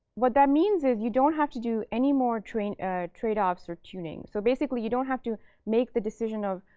what that means is you don't have to do any more ah trade-offs or tuning. so basically, you don't have to make the decision of,